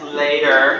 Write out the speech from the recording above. later